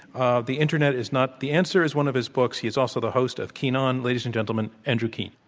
ah the internet is not the answer is one of his books. he is also the host of keen on. ladies and gentlemen, andrew keen.